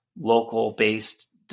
local-based